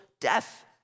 death